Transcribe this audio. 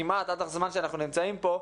כמעט עד הזמן שאנחנו נמצאים פה.